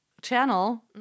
channel